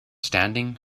standing